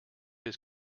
his